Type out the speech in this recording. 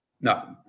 No